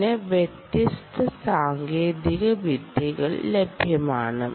ഇതിന് വ്യത്യസ്ത സാങ്കേതിക വിദ്യകൾ ലഭ്യമാണ്